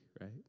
right